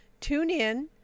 TuneIn